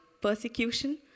persecution